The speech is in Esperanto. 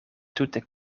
tute